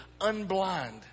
unblind